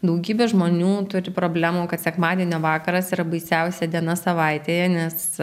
daugybė žmonių turi problemų kad sekmadienio vakaras yra baisiausia diena savaitėje nes